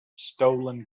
stolen